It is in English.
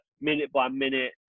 minute-by-minute